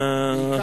האתר.